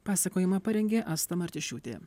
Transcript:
pasakojimą parengė asta martišiūtė